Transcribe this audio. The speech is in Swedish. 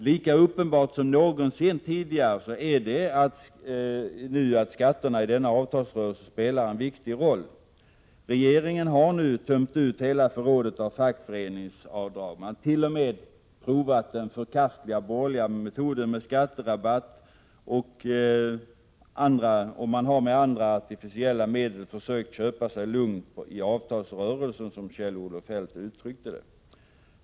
Lika uppenbart som någonsin tidigare är det nu att skatterna i denna avtalsrörelse spelar en viktig roll. Regeringen har nu tömt ut hela förrådet av fackföreningsavdrag. Man har t.o.m. provat den förkastliga borgerliga metoden med skatterabatt, och man har med andra artificiella medel försökt köpa sig lugn i avtalsrörelsen, som Kjell-Olof Feldt uttryckte det.